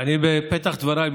בפתח דבריי,